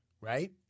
Right